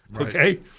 Okay